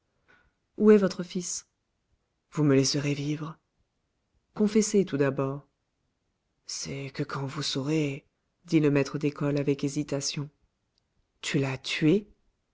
où est votre fils vous me laisserez vivre confessez tout d'abord c'est que quand vous saurez dit le maître d'école avec hésitation tu l'as tué